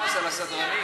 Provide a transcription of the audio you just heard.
תטיל קנס על הסדרנים.